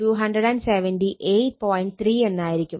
3 എന്നായിരിക്കും